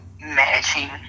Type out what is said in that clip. matching